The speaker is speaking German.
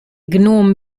gnom